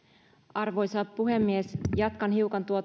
arvoisa puhemies jatkan hiukan